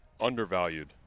undervalued